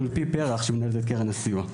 סטודנטים, על פי פרח שמנהלת את קרן הסיוע.